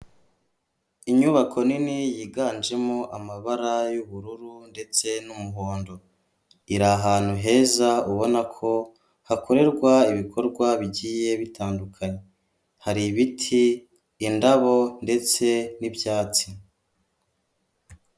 Inyubako nini yiganjemo amabara y'ubururu ndetse n'umuhondo, iri ahantu heza ubona ko hakorerwa ibikorwa bigiye bitandukanye, hari ibiti indabo ndetse n'ibyatsi.